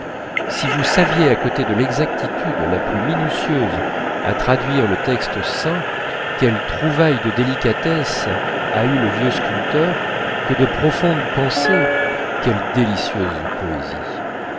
si vous saviez à côté de l'exactitude la plus minutieuse à traduire le texte saint quelles trouvailles de délicatesse a eues le vieux sculpteur que de profondes pensées quelle délicieuse poésie